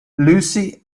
lucy